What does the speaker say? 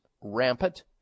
rampant